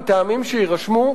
מטעמים שיירשמו,